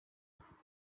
kwandika